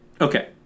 Okay